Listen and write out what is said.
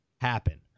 happen